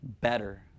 better